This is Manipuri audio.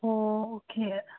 ꯑꯣ ꯑꯣꯀꯦ